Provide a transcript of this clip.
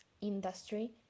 industry